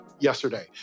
yesterday